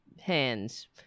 hands